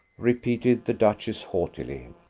repeated the duchess haughtily.